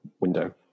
window